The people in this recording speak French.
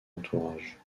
entourage